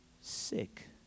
sick